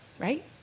right